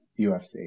UFC